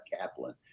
Kaplan